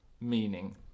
meaning